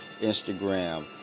Instagram